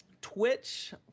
Twitch